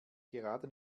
gerade